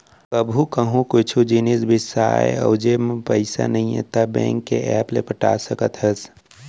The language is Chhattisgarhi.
कभू कहूँ कुछु जिनिस बिसाए अउ जेब म पइसा नइये त बेंक के ऐप ले पटा सकत हस